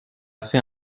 fait